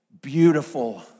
beautiful